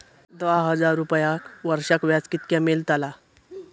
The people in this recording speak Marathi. दहा हजार रुपयांक वर्षाक व्याज कितक्या मेलताला?